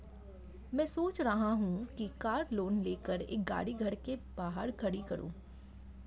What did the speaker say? मैं सोच रहा हूँ कि कार लोन लेकर एक गाड़ी घर के बाहर खड़ी करूँ